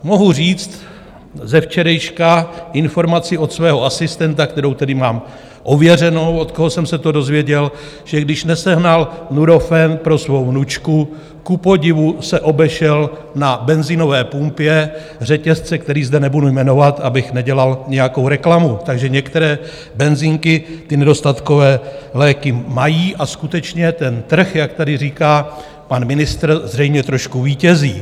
Mohu říct ze včerejška informaci od svého asistenta kterou tedy mám ověřenou, od koho jsem se to dozvěděl že když nesehnal Nurofen pro svou vnučku, kupodivu se obešel na benzinové pumpě, řetězce, který zde nebudu jmenovat, abych nedělal nějakou reklamu, takže některé benzínky ty nedostatkové léky mají a skutečně ten trh, jak tady říká pan ministr, zřejmě trošku vítězí.